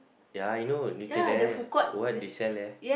ya I know there what they sell there